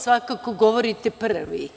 Svakako govorite prvi.